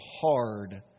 hard